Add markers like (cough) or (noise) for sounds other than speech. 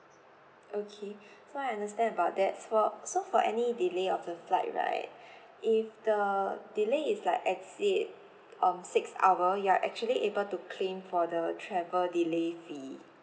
okay (breath) so I understand about that for so for any delay of the flight right (breath) if the delay is like exceed um six hour you are actually able to claim for the travel delay fee